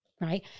Right